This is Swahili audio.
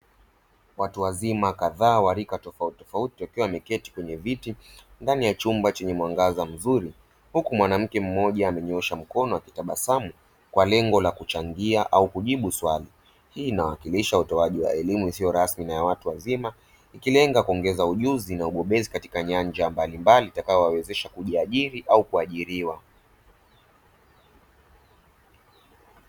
Watu wazima kadhaa wa rika tofauti tofauti wakiwa wameketi kwenye viti ndani ya chumba chenye mwangaza mzuri, huku mwanamke mmoja amenyoosha mkono akitabasamu kwa lengo la kuchangia au kujibu swali; hii inawakilisha utoaji wa elimu isiyo rasmi kwa watu wazima, ikilenga kuongeza ujuzi na umahiri katika nyanja mbalimbali, itakayowawezesha kujiajiri au kuajiriwa.